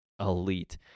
elite